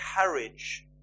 courage